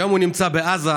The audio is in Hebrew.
היום הוא נמצא בעזה,